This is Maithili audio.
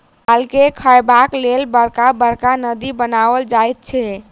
मालके खयबाक लेल बड़का बड़का नादि बनाओल जाइत छै